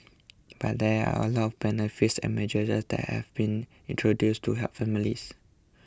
but there are a lot of benefits and measures that have been introduced to help families